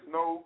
no